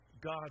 God